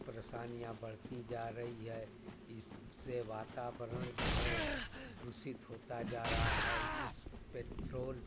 परेशानियाँ बढ़ती जा रही है इससे वातावरण जो है दूषित होता जा रहा है इस पेट्रोल